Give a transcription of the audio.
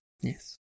yes